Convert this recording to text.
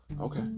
Okay